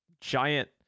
giant